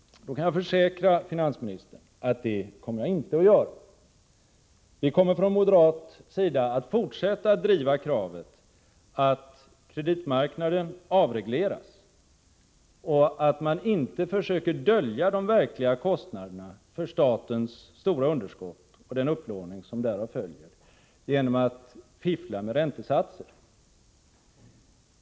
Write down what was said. Då kan jag försäkra finansministern att det kommer jag inte att göra. Vi kommer från moderat sida att fortsätta att driva kraven att kreditmarknaden avregleras och att man inte försöker dölja de verkliga kostnaderna för statens stora underskott och den upplåning som därav följer genom att fiffla med räntesatser.